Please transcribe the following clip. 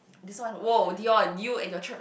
this one !wow! Dion you and your